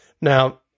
Now